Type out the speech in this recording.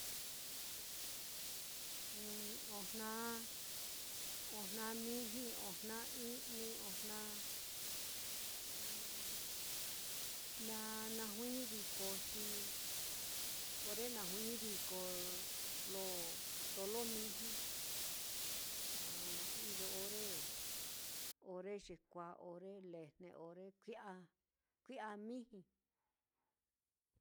ojna, ojna miji, ojna i'ni, ojna na na juiñi viko, xi ore najuiñi viko lo ndolo miji, a iyo ore ore yekuāā, ore lejne, ore kui'a ki'a miji.